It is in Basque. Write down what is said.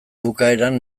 bukaeran